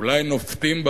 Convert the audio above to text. אולי נובטים,